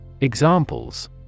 Examples